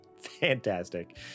fantastic